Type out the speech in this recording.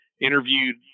interviewed